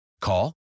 Call